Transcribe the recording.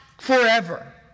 forever